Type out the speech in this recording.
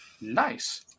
nice